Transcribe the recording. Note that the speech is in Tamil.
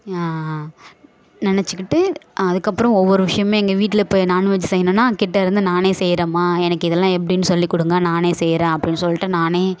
நினச்சிக்கிட்டு அதுக்கப்புறம் ஒவ்வொரு விஷயமுமே எங்கள் வீட்டில் இப்போ நாண்வெஜ்ஜு செய்யணுன்னால் கிட்டே இருந்து நானே செய்கிறேம்மா எனக்கு இதெல்லாம் எப்படின்னு சொல்லிக் கொடுங்க நானே செய்கிறேன் அப்படின்னு சொல்லிட்டு நானே